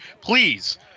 please